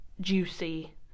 juicy